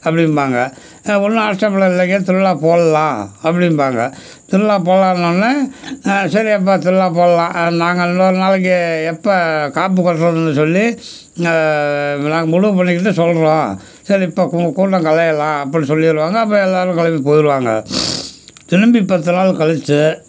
அப்படிம்பாங்க ஒன்றும் ஆட்சேபனை இல்லைங்க திருவிழா போடலாம் அப்படிம்பாங்க திருவிழா போடலான்னோன்னே சரி அப்போ திருவிழா போடலாம் நாங்கள் இன்னொரு நாளைக்கு எப்போ காப்பு கட்டுறதுன்னு சொல்லி நாங்கள் முடிவு பண்ணிக்கிட்டு சொல்லுறோம் சரி இப்போ கூட்டம் கலையலாம் அப்படி சொல்லிருவாங்க அப்போ எல்லாரும் கிளம்பி போயிருவாங்க திரும்பி பத்து நாள் கழிச்சு